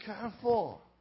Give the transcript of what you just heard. careful